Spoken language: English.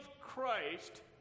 Christ